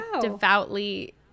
devoutly